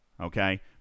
Okay